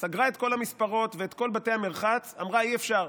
היא סגרה את כל המספרות ואת כל בתי המרחץ ואמרה: אי-אפשר,